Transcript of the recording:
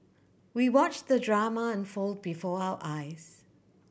we watched the drama unfold before our eyes